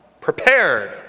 prepared